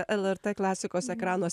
lrt klasikos ekranuose